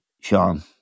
Sean